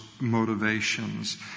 motivations